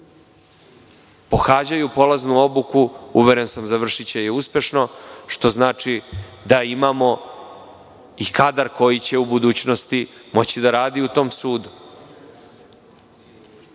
pohađaju polaznu obuku, uveren sam završiće je uspešno, što znači, da imamo i kadar koji će u budućnosti moći da radi u tom sudu. Neko